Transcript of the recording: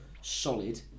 solid